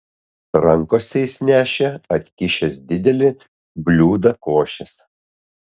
rankose jis nešė atkišęs didelį bliūdą košės